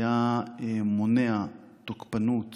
הוא היה מונע תוקפנות